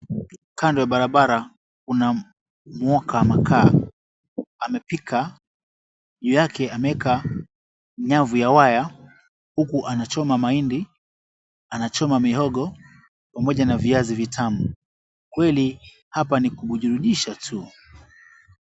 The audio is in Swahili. Kando ya barabara kuna mwoka makaa amepika, juu yake ameweka nyavu ya wire huku anachoma mahindi, anachoma mihongo pamoja na viazi vitamu, kweli hapa nikujiburudisha tu.